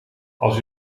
als